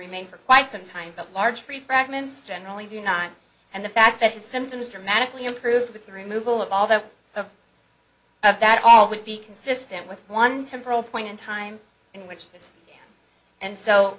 remain for quite some time but large three fragments generally do not and the fact that the symptoms dramatically improved with the removal of all the of of that all would be consistent with one temporal point in time in which this and so